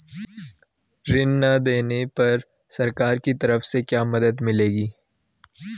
ऋण न दें पाने पर सरकार की तरफ से क्या मदद मिलेगी?